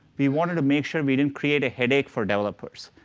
we wanted to make sure we didn't create a headache for developers.